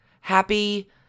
happy